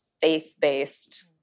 faith-based